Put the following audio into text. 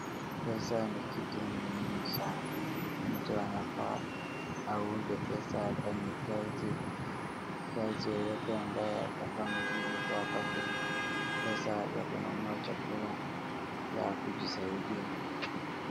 Pesa ni kitu muhimu sana. Mtu anafaa haunde pesa afanye kazi, kazi yeyote ambayo atafanya ili tu apate pesa ya kununua chakula na ya kujisaidia.